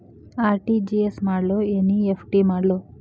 RTGS ಮಾಡ್ಲೊ NEFT ಮಾಡ್ಲೊ?